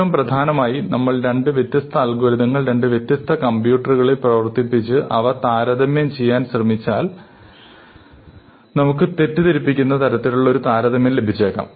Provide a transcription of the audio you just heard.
ഏറ്റവും പ്രധാനമായി നമ്മൾ രണ്ട് വ്യത്യസ്ത അൽഗോരിതങ്ങൾ രണ്ട് വ്യത്യസ്ത കമ്പ്യൂട്ടറുകളിൽ പ്രവർത്തിപ്പിച്ച് അവ താരതമ്യം ചെയ്യാൻ ശ്രമിച്ചാൽ നമുക്ക് തെറ്റിദ്ധരിപ്പിക്കുന്ന തരത്തിലുള്ള ഒരു താരതമ്യം ലഭിച്ചേക്കാം